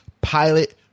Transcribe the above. pilot